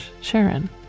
Sharon